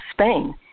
Spain